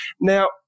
Now